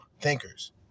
thinkers